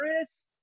Chris